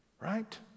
Right